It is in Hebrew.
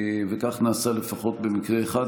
וכך נעשה לפחות במקרה אחד,